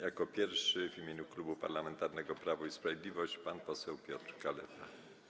Jako pierwszy w imieniu Klubu Parlamentarnego Prawo i Sprawiedliwość pan poseł Piotr Kaleta.